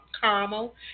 caramel